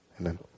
Amen